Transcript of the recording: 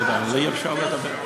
אי-אפשר לדבר.